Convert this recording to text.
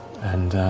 and